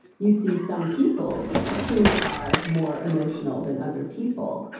you see some people who are more emotional than other people,